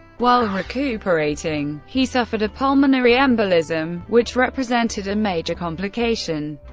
while recuperating, he suffered a pulmonary embolism, which represented a major complication.